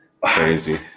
Crazy